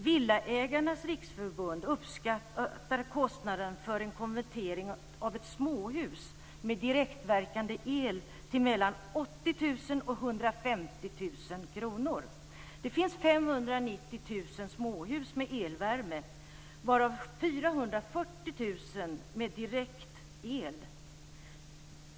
Villaägarnas riksförbund uppskattar kostnaden för en konvertering av ett småhus med direktverkande el till mellan 80 000 och 150 000 kr. Det finns 590 000 småhus med elvärme, varav 440 000 med direktel.